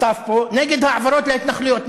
סתיו פה, נגד ההעברות להתנחלויות.